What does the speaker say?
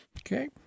Okay